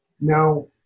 now